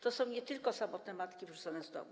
To są nie tylko samotnie matki wyrzucone z domów.